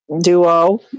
duo